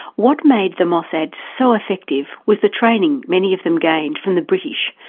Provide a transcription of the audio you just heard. what made the mossad so effective was the training many of them gained from the british,